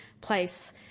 place